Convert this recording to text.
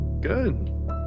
Good